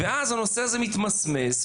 כך הנושא הזה מתמסמס,